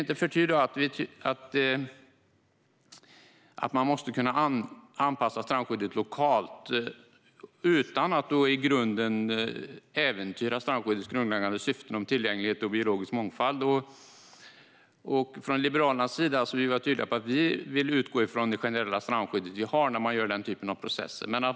Icke förty tycker vi att man måste kunna anpassa strandskyddet lokalt utan att äventyra strandskyddets grundläggande syften om tillgänglighet och biologisk mångfald. Från Liberalernas sida vill vi vara tydliga med att vi vill att man ska utgå från det generella strandskydd vi har när man gör den typen av processer.